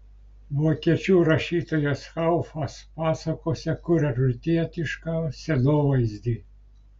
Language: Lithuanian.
vokiečių rašytojas haufas pasakose kuria rytietišką scenovaizdį